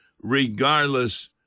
regardless